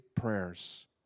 prayers